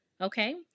Okay